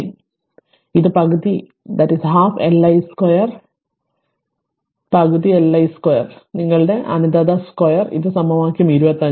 അതിനാൽ അത് പകുതി Li 2 t പകുതി Li 2 നിങ്ങളുടെ അനന്തത 2 ഇത് സമവാക്യം 25